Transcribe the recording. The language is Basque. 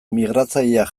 migratzaileak